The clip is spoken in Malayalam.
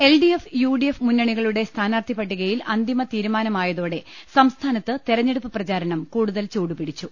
L D F U D F മുന്നണികളുടെ സ്ഥാനാർത്ഥി പട്ടികയിൽ അന്തിമ തീരുമാനമായതോടെ സംസ്ഥാനത്ത് തെര ഞ്ഞെടുപ്പ് പ്രചാരണ രംഗം കൂടുതൽ ചൂടുപിടിച്ചു